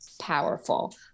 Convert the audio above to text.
powerful